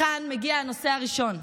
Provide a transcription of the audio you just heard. כאן מגיע הנושא הראשון.